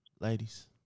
ladies